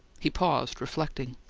he paused, reflecting.